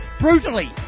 brutally